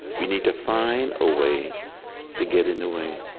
we need to find a way to get in the way,